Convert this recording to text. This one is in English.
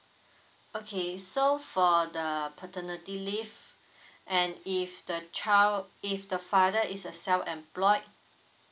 okay so for the paternity leave and if the child if the father is a self employed